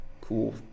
Cool